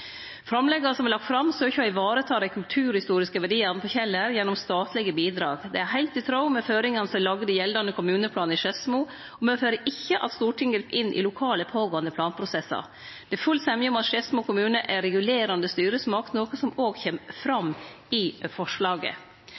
å vareta dei kulturhistoriske verdiane på Kjeller gjennom statlege bidrag. Det er heilt i tråd med føringane som er lagde i gjeldande kommuneplan i Skedsmo, og medfører ikkje at Stortinget grip inn i lokale, pågåande planprosessar. Det er full semje om at Skedsmo kommune er regulerande styresmakt, noko som òg kjem fram i forslaget.